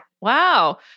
Wow